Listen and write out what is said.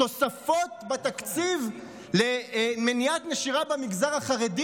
תוספות בתקציב למניעת נשירה במגזר החרדי